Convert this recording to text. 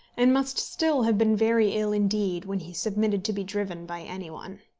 and must still have been very ill indeed when he submitted to be driven by any one.